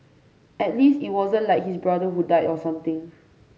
at least it wasn't like his brother who died or something